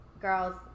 girls